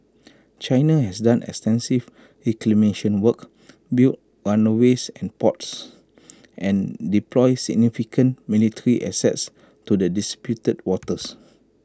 China has done extensive reclamation work built run A ways and ports and deployed significant military assets to the disputed waters